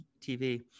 TV